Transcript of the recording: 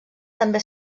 també